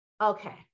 Okay